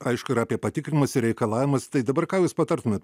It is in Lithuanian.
aišku ir apie patikrinimus ir reikalavimus tai dabar ką jūs patartumėt